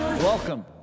Welcome